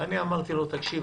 ואני אמרתי לו: תקשיב,